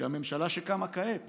כשהממשלה שקמה כעת